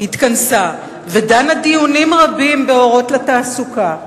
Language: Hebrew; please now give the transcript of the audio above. התכנסה ודנה דיונים רבים ב"אורות לתעסוקה",